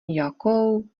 jakou